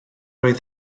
oedd